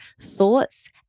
thoughts